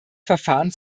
verfahren